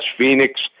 Phoenix